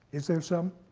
is there some?